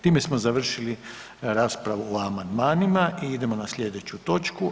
Tim smo završili raspravu o amandmanima i idemo na slijedeću točku.